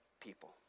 people